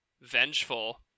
vengeful